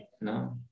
No